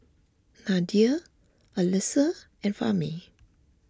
Nadia Alyssa and Fahmi